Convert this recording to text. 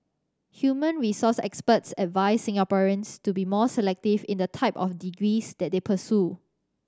human resource experts advised Singaporeans to be more selective in the type of degrees that they pursue